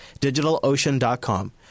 DigitalOcean.com